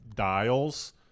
dials